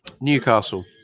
Newcastle